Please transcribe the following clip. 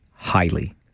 highly